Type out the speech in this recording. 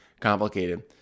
complicated